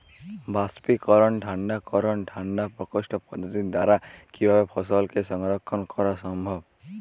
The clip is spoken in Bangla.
বাষ্পীকরন ঠান্ডা করণ ঠান্ডা প্রকোষ্ঠ পদ্ধতির দ্বারা কিভাবে ফসলকে সংরক্ষণ করা সম্ভব?